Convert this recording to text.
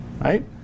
right